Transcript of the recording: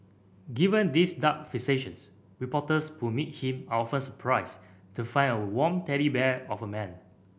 given these dark fixations reporters who meet him are often surprised to find a warm teddy bear of a man